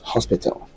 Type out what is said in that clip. Hospital